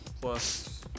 plus